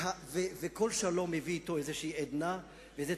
כל שלום מביא אתו איזו עדנה ואיזו